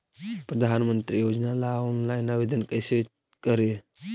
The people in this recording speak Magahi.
प्रधानमंत्री योजना ला ऑनलाइन आवेदन कैसे करे?